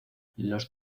los